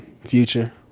future